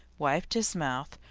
wiped his mouth,